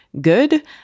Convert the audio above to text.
good